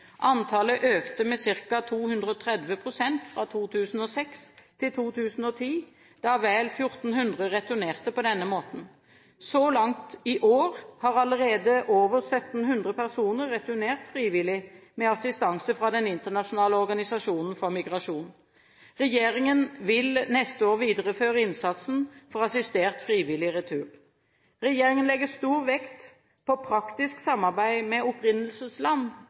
Antallet økte med ca. 230 pst. fra 2006 til 2010, da vel 1 400 returnerte på denne måten. Så langt i år har allerede over 1 700 personer returnert frivillig med assistanse fra Den internasjonale organisasjonen for migrasjon. Regjeringen vil neste år videreføre innsatsen for assistert frivillig retur. Regjeringen legger stor vekt på praktisk samarbeid med opprinnelsesland